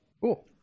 Cool